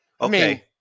Okay